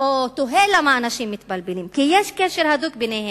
תוהה למה אנשים מתבלבלים, כי יש קשר הדוק ביניהם.